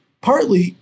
partly